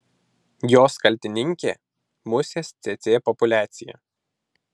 jos kaltininkė musės cėcė populiacija